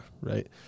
right